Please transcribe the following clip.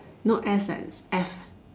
not S as F